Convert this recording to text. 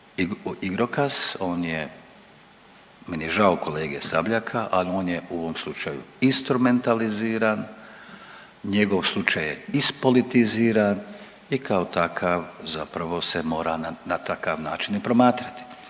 igrokaz, on je meni je žao kolege Sabljaka, ali on je u ovom slučaju instrumentaliziran, njegov slučaj je ispolitiziran i kao takav zapravo se mora na takav način i promatrati.